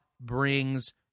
brings